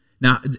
Now